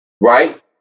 Right